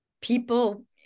people